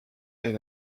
est